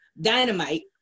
Dynamite